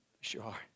Sure